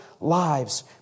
lives